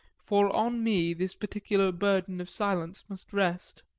for on me this particular burden of silence must rest.